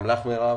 גם לך, מרב,